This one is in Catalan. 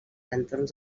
entorns